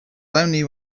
only